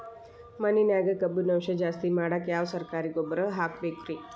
ಮಣ್ಣಿನ್ಯಾಗ ಕಬ್ಬಿಣಾಂಶ ಜಾಸ್ತಿ ಮಾಡಾಕ ಯಾವ ಸರಕಾರಿ ಗೊಬ್ಬರ ಹಾಕಬೇಕು ರಿ?